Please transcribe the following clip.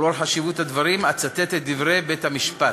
ולאור חשיבות הדברים אצטט את דברי בית-המשפט: